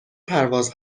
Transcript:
پرواز